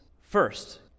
First